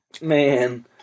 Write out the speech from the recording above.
man